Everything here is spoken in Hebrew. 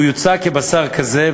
והוא יוצג כבשר כזה,